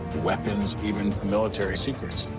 weapons, even military secrets.